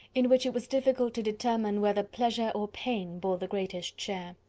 in which it was difficult to determine whether pleasure or pain bore the greatest share.